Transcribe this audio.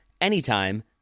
anytime